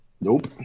Nope